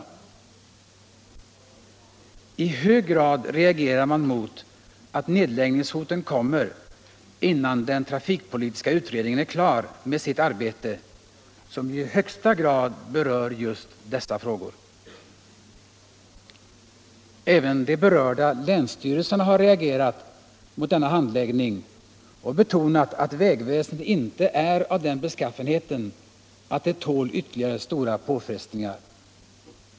I hög grad reagerar man mot att nedläggningshoten kommer innan den trafikpolitiska utredningen är klar med sitt arbete, som ju i högsta grad berör just dessa frågor. Även de berörda länsstyrelserna har reagerat mot denna handläggning och betonat att vägväsendet inte är av den beskaffenheten att det tål ytterligare stora påfrestningar.